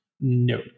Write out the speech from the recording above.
No